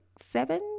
seven